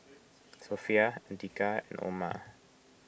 Sofea andika and Omar